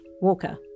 Walker